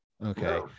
Okay